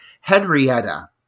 Henrietta